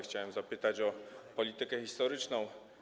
Chciałem zapytać o politykę historyczną.